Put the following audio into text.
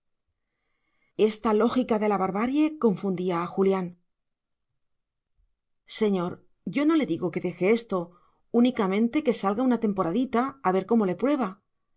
esta lógica de la barbarie confundía a julián señor yo no le digo que deje esto únicamente que salga una temporadita a ver cómo le prueba